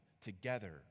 together